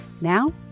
Now